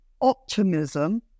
optimism